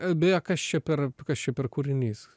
beje kas čia per kas čia per kūrinys